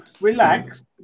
relax